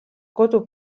kodu